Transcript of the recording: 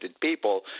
people